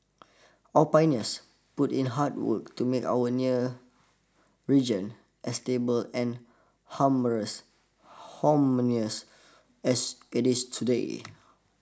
our pioneers put in hard work to make our nearer region as stable and harmonious as it is today